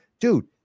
dude